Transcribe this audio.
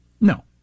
No